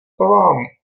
vám